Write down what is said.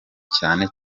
cyane